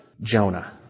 Jonah